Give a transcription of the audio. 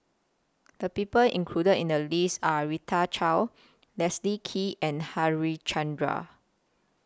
The People included in The list Are Rita Chao Leslie Kee and Harichandra